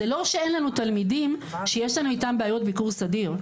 זה לא שאין לנו תלמידים שיש לנו איתם בעיות ביקור סדיר,